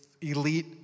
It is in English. elite